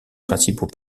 principaux